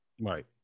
Right